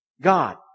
God